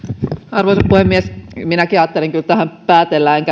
arvoisa puhemies minäkin ajattelin kyllä tähän päätellä enkä